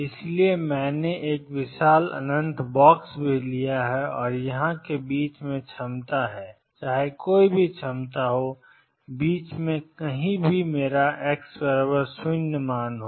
इसलिए मैंने एक विशाल अनंत बॉक्स लिया है और यहां के बीच में क्षमता है चाहे कोई भी क्षमता हो और बीच में कहीं मेरा x0 है